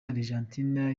argentine